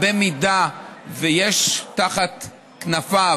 אם יש תחת כנפיו